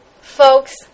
folks